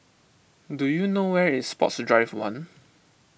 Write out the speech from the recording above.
do you know where is Sports Drive one